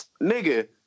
Nigga